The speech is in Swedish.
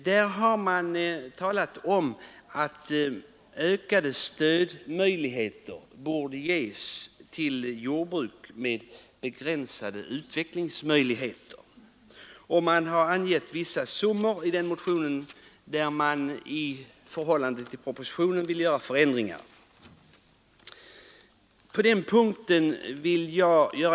Där har man talat om att ökat stöd borde ges till jordbruk med begränsade utvecklingsmöjligheter, och man har angett vissa summor som innebär förändringar i förhållande till propositionen.